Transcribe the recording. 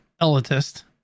elitist